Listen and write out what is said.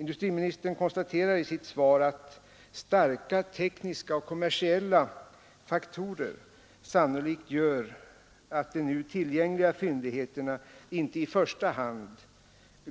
Industriministern konstaterar i sitt svar att starka tekniska och kommersiella faktorer sannolikt gör att de nu tillgängliga fyndigheterna inte i första hand